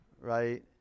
right